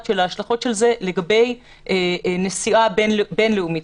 על ההשלכות של זה לגבי נסיעה בין לאומית,